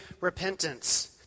repentance